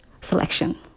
selection